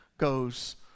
goes